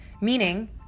meaning